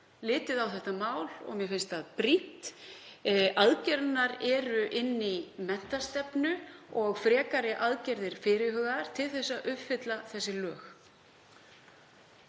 litið á þetta mál og mér finnst það brýnt. Aðgerðirnar eru inni í menntastefnu og frekari aðgerðir fyrirhugaðar til að uppfylla þessi lög.